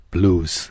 Blues